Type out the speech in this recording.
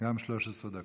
גם 13 דקות.